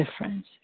difference